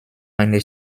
eine